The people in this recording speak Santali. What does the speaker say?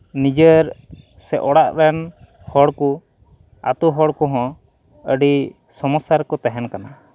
ᱱᱤᱡᱮᱨ ᱥᱮ ᱚᱲᱟᱜ ᱨᱮᱱ ᱦᱚᱲ ᱠᱚ ᱟᱛᱳ ᱦᱚᱲ ᱠᱚᱦᱚᱸ ᱟᱹᱰᱤ ᱥᱚᱢᱚᱥᱥᱟ ᱨᱮᱠᱚ ᱛᱟᱦᱮᱱ ᱠᱟᱱᱟ